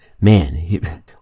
man